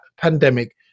pandemic